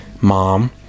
Mom